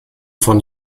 von